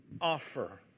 offer